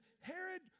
Herod